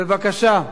בבקשה.